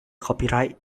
copyright